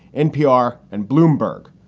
npr and bloomberg,